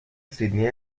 سیدنی